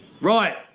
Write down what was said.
right